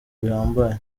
bihambaye